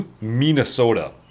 minnesota